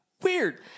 Weird